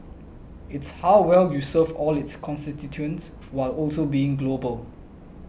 it's how well you serve all its constituents while also being global